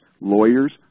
lawyers